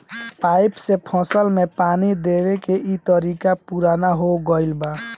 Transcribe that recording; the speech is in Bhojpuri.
पाइप से फसल में पानी देवे के इ तरीका पुरान हो गईल बा